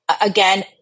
again